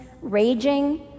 raging